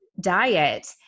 diet